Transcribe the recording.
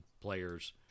players